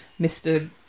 Mr